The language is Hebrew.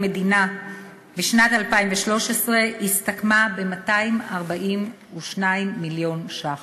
המדינה בשנת 2013 הסתכמה ב-242 מיליון ש"ח.